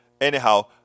anyhow